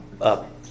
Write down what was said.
up